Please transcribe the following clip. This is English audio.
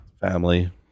family